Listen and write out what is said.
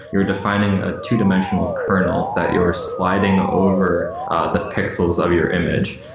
you're defining a two-dimensional kernel that you're sliding over the pixels of your image.